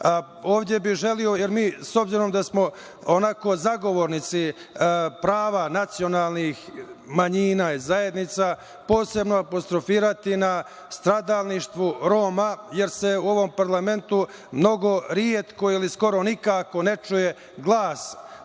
ove države.S obzirom da smo zagovornici prava nacionalnih manjina i zajednica, posebno apostrofirati na stradalništvu Roma, jer se u ovom parlamentu mnogo retko ili skoro nikako ne čuje glas